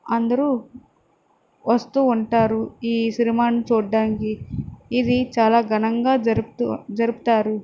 అందరూ వస్తూ ఉంటారు ఈ సిరిమాని చూడడానికి ఇది చాలా ఘనంగా జరుపుతూ జరుపుతారు